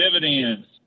dividends